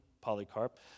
Polycarp